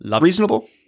reasonable